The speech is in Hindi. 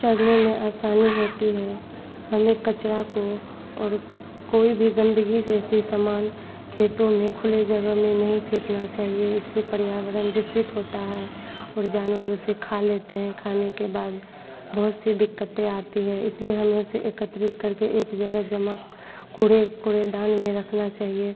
चरने में आसानी होती है हमें कचरे को और कोई भी गंदगी जैसी सामान खेतों में खुले जगह में नहीं फेंकना चाहिए इससे परियावारण दूषित होता है और जानवर उसे खा लेते हैं उसे खाने के बाद बहुत सी दिक़्क़तें आती हैं इसलिए हमें उसे एकत्रित करके एक जगह जमा कूड़े कूड़ेदान में रखना चाहिए